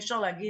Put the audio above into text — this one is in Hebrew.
אי אפשר להגיד